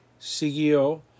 siguió